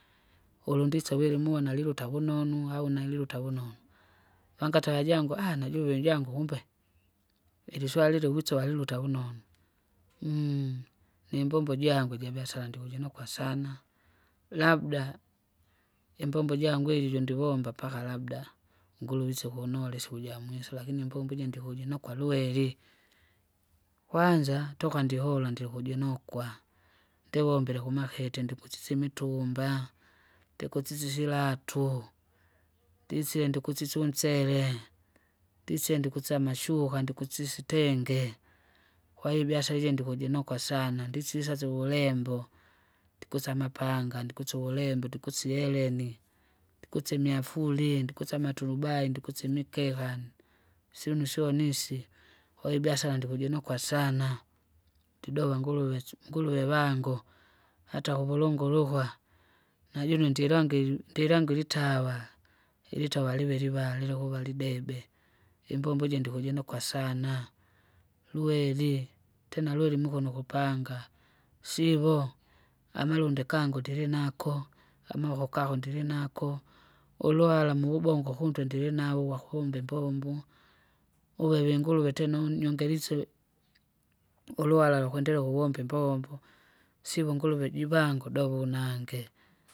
Ulundisa wiri muona liluta vunonu au naliluta vononu, vangata jangu aaha! najuve jangu kumbe, iliswari ili uwise waliruta vunonu, nimbombo jangu jabiasara ndikuninuka sana, labda imbombo jangu iji jundivomba paka labda, nguruwise kunulisya ukuja mwisu lakini imbombo iji ndikunukwa lwari. Kwanza toka ndihola ndikujinukwa, ndovombile kumakete ndikusisi imitumba, ndikusisi silatu, ndisie ndikusise unsere, ndisie ndikusise amashuka ndikusise itenge, kwahiyo ibiasara iji ndikujinoka sana ndisisa sikulembo, ndikuse amapanga, ndikuse uvurembo, ndikuse ieleni, ndikuse imyafuri, ndikuse amaturubai, ndikuse imikekan, syinu syonisi, koo ibiasara ndikujinokwa sana, tudowe nguruwesu nguruwe vangu, ata uvulungulukwa, najune ndilangiru ndilangiri itawa, ilitawa liviliva liliuva libebe. Imbombo iji ndikujinuka sana, lueri, tene lueri muko nukupanga, sivo amalundi kangu ndirinako, amavoko kako ndirinako, uluhara muvubongo kuntwe ndirinava vakuvomba imbombo! uvewe inguruwe tena unyongerisye, uluhara lukwendelea ukuvomba imbombo sivo nguruve jivangu davunange.